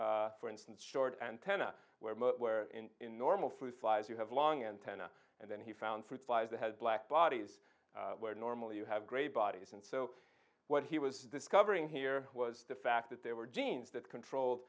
had for instance short antenna where most where in normal fruit flies you have long antenna and then he found fruit flies that had black bodies where normally you have gray bodies and so what he was discovering here was the fact that there were genes that controlled